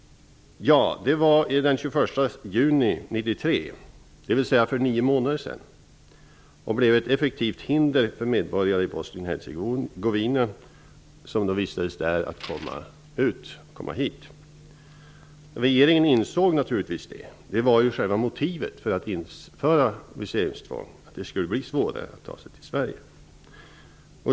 Detta skedde den 1 juni 1993, d.v.s. för nio månader sedan. Det blev ett effektivt hinder för medborgare i Bosnien--Hercegovina att komma hit. Regeringen insåg naturligtvis det. Själva motivet för att införa viseringstvång var att det skulle bli svårare att ta sig till Sverige.